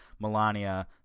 Melania